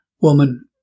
Woman